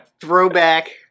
throwback